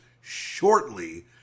shortly